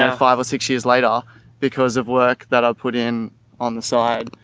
and five or six years later because of work that i'll put in on the side,